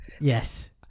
Yes